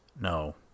No